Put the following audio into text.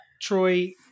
Troy